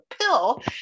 pill